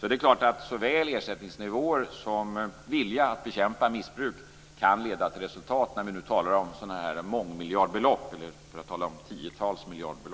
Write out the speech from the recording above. Det är klart att såväl ersättningsnivåer som en vilja att bekämpa missbruk kan leda till resultat, när vi nu talar om belopp på tiotals miljarder.